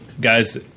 guys